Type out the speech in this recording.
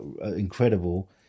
incredible